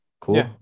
cool